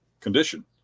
condition